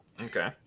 Okay